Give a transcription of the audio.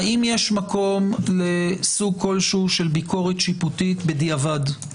האם יש מקום לסוג כלשהו של ביקורת שיפוטית בדיעבד,